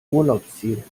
urlaubsziel